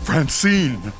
Francine